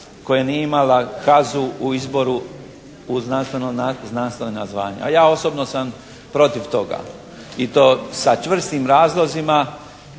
koje nije imala HAZU u izboru znanstvena znanja. A ja osobno sam protiv toga, i to sa čvrstim razlozima,